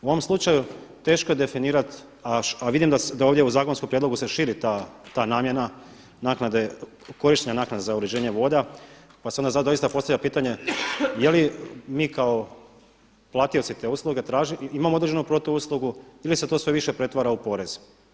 U ovom slučaju teško je definirati, a vidim da ovdje u zakonskom prijedlogu se širi ta namjena korištenja naknade za uređenje voda, pa se onda doista postavlja pitanje jeli mi kao platioci te usluge imamo određenu protuuslugu ili se to sve više pretvara u porez.